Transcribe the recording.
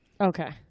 Okay